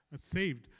saved